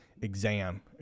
exam